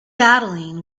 battling